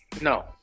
no